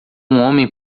homem